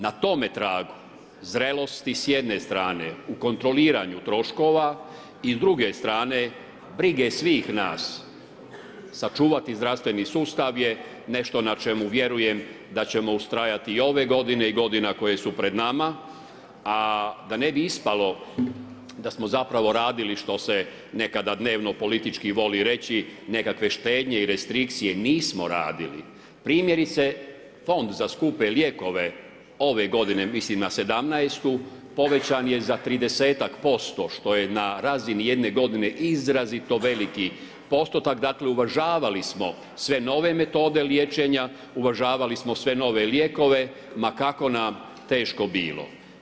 Na tome tragu zrelosti s jedne strane u kontroliranju troškova i s druge strane brige svih nas sa čuvati zdravstveni sustav je nešto na čemu vjerujem da ćemo ustrajati i ove godine i godina koje su pred nama a da ne bi ispalo da smo zapravo radili što se nekada dnevno politički voli reći nekakve štednje i restrikcije, nismo radili, primjerice Fond za skupe lijekove ove godine, mislim na 2017., povećan je za tridesetak posto što je na razini jedne godine izrazito veliki postotak, dakle uvažavali smo sve nove metode liječenja, uvažavali smo sve nove lijekove ma kako nam teško bilo.